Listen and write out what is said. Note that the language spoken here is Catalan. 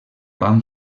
van